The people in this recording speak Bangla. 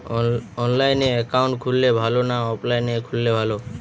অনলাইনে একাউন্ট খুললে ভালো না অফলাইনে খুললে ভালো?